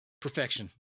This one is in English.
Perfection